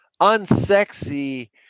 unsexy